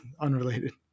unrelated